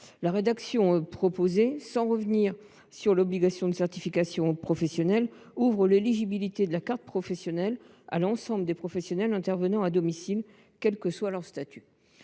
La rédaction que nous proposons, sans revenir sur l’obligation de certification professionnelle, ouvre l’éligibilité de la carte professionnelle à l’ensemble des professionnels intervenant à domicile, quel que soit leur statut.